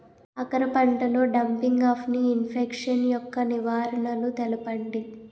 కాకర పంటలో డంపింగ్ఆఫ్ని ఇన్ఫెక్షన్ యెక్క నివారణలు తెలపండి?